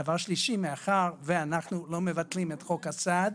דבר שלישי מאחר שאנחנו לא מבטלים את חוק הסעד,